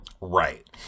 Right